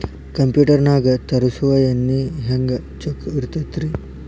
Computer ನಾಗ ತರುಸುವ ಎಣ್ಣಿ ಹೆಂಗ್ ಚೊಕ್ಕ ಇರತ್ತ ರಿ?